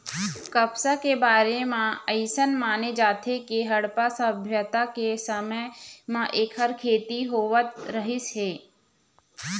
कपसा के बारे म अइसन माने जाथे के हड़प्पा सभ्यता के समे म एखर खेती होवत रहिस हे